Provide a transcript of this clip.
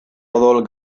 odol